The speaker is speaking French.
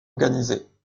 organisés